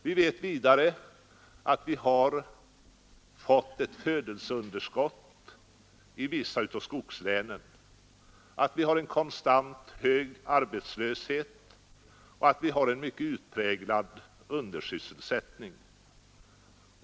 Vi vet vidare att vi har fått ett födelseunderskott i vissa av skogslänen, att vi har en konstant hög arbetslöshet och att vi har en mycket utpräglad undersysselsättning.